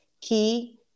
key